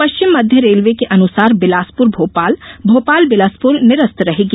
पश्चिम मध्य रेलवे के अनुसार बिलासपुर भोपाल भोपाल बिलासपुर निरस्त रहेगी